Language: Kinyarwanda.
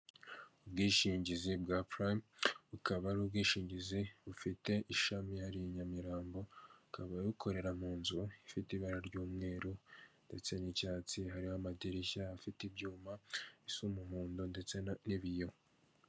Ubwishingizi bwa purayimu, bukaba ari ubwishingizi bufite ishami hariya i Nyamirambo, bukaba bukorera mu nzu ifite ibara ry'umweru ndetse n'icyatsi, hariho amadirishya afite ibyuma bisa umuhondo ndetse n'ibiyo.